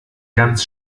ganz